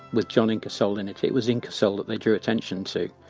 with john ingersoll in it, it was ingersoll that they drew attention to.